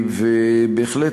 בהחלט,